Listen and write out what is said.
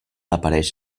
apareix